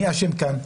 מי אשם כאן?